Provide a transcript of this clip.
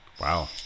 Wow